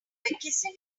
kissing